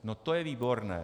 No to je výborné.